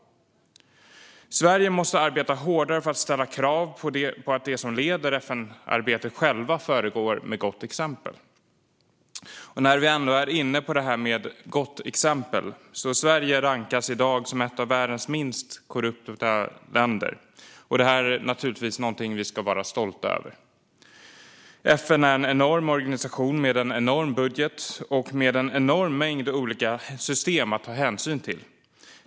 Sverige måste arbeta hårdare för att ställa krav på att de som leder FN-arbetet själva föregår med gott exempel. När vi ändå är inne på det här med gott exempel rankas Sverige i dag som ett av världens minst korrupta länder. Det är naturligtvis någonting vi ska vara stolta över. FN är en enorm organisation, med en enorm budget och med en enorm mängd olika system att ta hänsyn till.